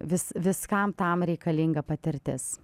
vis viskam tam reikalinga patirtis